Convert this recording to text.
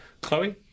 Chloe